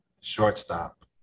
shortstop